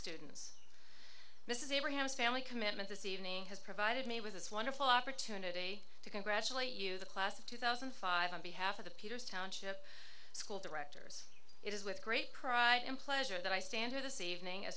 students this is abraham's family commitment this evening has provided me with this wonderful opportunity to congratulate you the class of two thousand and five and behalf of the peters township school directors it is with great pride in pleasure that i stand here this evening